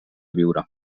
viure